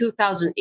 2008